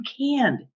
canned